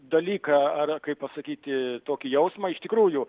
dalyką ar kaip pasakyti tokį jausmą iš tikrųjų